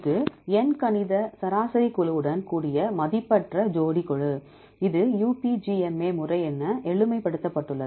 இது எண்கணித சராசரி குழுவுடன் கூடிய மதிப்பற்ற ஜோடி குழு இது UPGMA முறை என எளிமைப்படுத்தப்பட்டுள்ளது